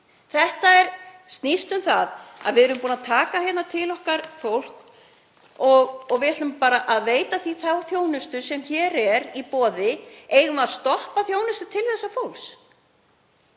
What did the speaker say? Þetta snýst um það að við erum búin að taka til okkar fólk og við ætlum bara að veita því þá þjónustu sem hér er í boði. Eigum við að stoppa þjónustu til þessa fólks?